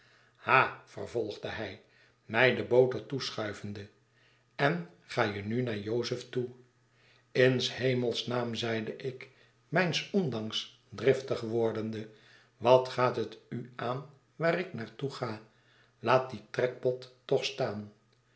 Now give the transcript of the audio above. ha vervolgde hij my de boter toeschuivende en gajenu naar jozef toe in s hemels naam zeide ik mijns ondanks driftig wordende wat gaat het u aan waarik naar toe ga laat dien trekpot toch staan